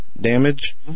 damage